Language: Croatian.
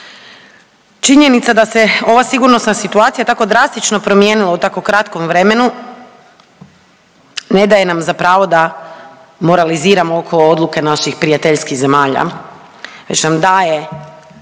Činjenica da se ova sigurnosna situacija tako drastično promijenila u tako kratkom vremenu ne daje nam za pravo da moraliziramo oko odluke naših prijateljskih zemalja, već nam daje